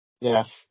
Yes